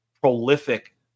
prolific